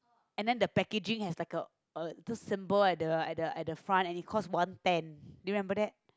and then the packaging has like the the symbol at the at the at the front and it costs one ten do you remember that